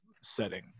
setting